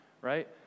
right